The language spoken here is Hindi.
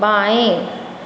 बाएं